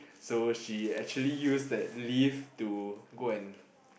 so she actually used that leave to go and